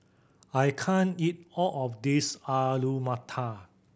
I can't eat all of this Alu Matar